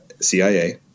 CIA